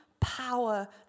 power